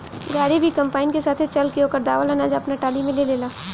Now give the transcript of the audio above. गाड़ी भी कंबाइन के साथे चल के ओकर दावल अनाज आपना टाली में ले लेला